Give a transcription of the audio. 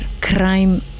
crime